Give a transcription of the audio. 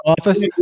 office